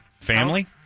Family